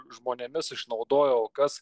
žmonėmis išnaudojimo aukas